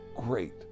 great